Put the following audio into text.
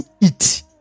eat